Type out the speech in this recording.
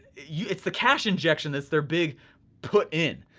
yeah it's the cash injection that's their big put in.